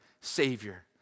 savior